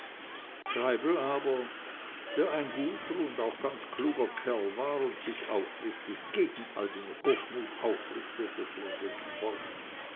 treibel aber der ein guter und auch ganz kluger kerl war und sich aufrichtig gegen all den hochmut aufrichtete fuhr jetzt fort